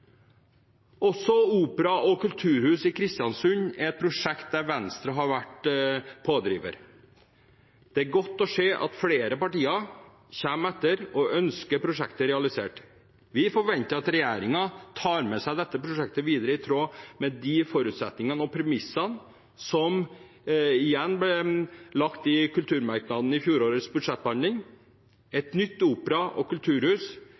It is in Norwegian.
Også opera- og kulturhus i Kristiansund er et prosjekt der Venstre har vært pådriver. Det er godt å se at flere partier kommer etter og ønsker prosjektet realisert. Vi forventer at regjeringen tar med seg dette prosjektet videre, i tråd med de forutsetningene og premissene som – igjen – ble lagt i kulturmerknaden i fjorårets budsjettbehandling. Et nytt opera- og kulturhus